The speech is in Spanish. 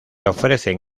ofrecen